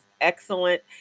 excellent